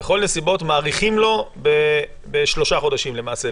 בכל הנסיבות מאריכים לו בשלושה חודשים למעשה.